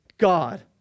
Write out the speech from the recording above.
God